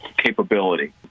capability